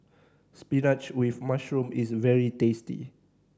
spinach with mushroom is very tasty